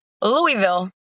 Louisville